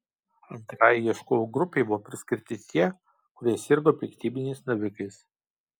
antrajai ieškovų grupei buvo priskirti tie kurie sirgo piktybiniais navikais